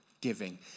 giving